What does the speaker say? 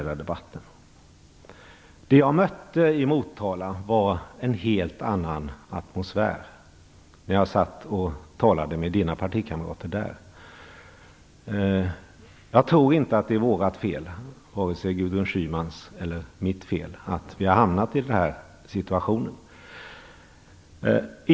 Det jag mötte i Motala var en helt annan atmosfär, när jag satt och talade med Jan Bergqvists partikamrater där. Jag tror inte att det är vårt fel, vare sig Gudrun Schymans eller mitt fel, att vi har hamnat i den här situationen.